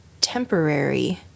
temporary